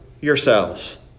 yourselves